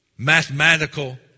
Mathematical